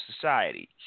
society